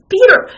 Peter